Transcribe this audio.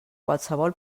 qualsevol